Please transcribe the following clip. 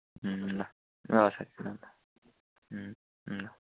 ल ल साथी ल ल ल